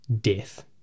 death